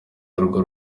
urwo